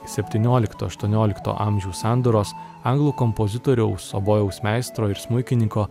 septyniolikto aštuoniolikto amžių sandūros anglų kompozitoriaus obojaus meistro ir smuikininko